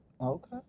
Okay